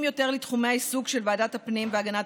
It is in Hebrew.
יותר לתחומי העיסוק של ועדת הפנים והגנת